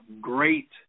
great